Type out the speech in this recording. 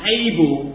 able